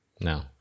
no